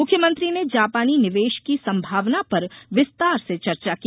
मुख्यमंत्री ने जापानी निवेश की संभावना पर विस्तार से चर्चा की